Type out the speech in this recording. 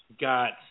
got